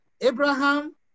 Abraham